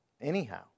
anyhow